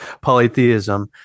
polytheism